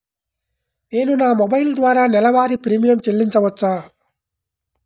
నేను నా మొబైల్ ద్వారా నెలవారీ ప్రీమియం చెల్లించవచ్చా?